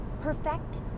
perfect